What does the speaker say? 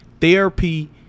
therapy